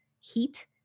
heat